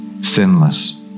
Sinless